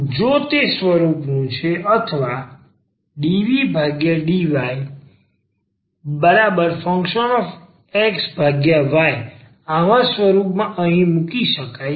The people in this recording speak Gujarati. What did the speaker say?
જો તે સ્વરૂપનું છે અથવા dydxfyx આવા સ્વરૂપમાં અહીં મૂકી શકાય છે